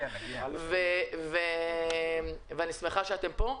אני שמחה שאתם פה.